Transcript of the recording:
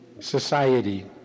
society